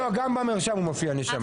לא, גם במרשם הוא מופיע, נשמה.